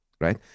Right